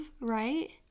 right